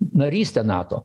narystę nato